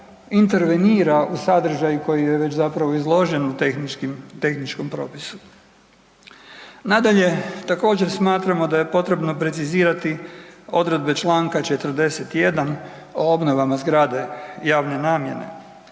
intervenira u sadržaj koji je već zapravo izložen u tehničkim, tehničkom propisu. Nadalje, također smatramo da je potrebno precizirati odredbe čl. 41. o obnovama zgrade javne namjene.